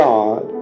God